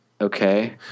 Okay